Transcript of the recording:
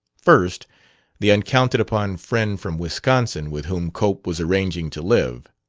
first the uncounted-upon friend from wisconsin with whom cope was arranging to live